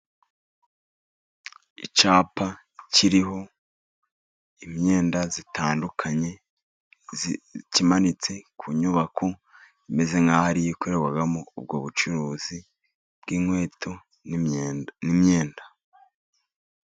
Icyapa kiriho imyenda itandukanye kimanitse ku nyubako, imeze nk'aho ariyo ikorerwagamo ubwo bucuruzi bw'inkweto n'imyenda n'imyenda.